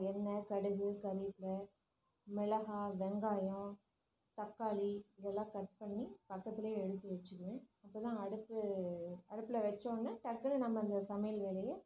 எண்ணெய் கடுகு கருவேப்பில மிளகாய் வெங்காயம் தக்காளி இதெல்லாம் கட் பண்ணி பக்கத்துலேயே எடுத்து வச்சுக்குவேன் அப்போ தான் அடுப்பு அடுப்பில் வச்சோடன டக்குன்னு நம்ம அந்த சமையல் வேலையை